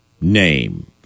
name